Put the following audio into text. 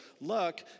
Luck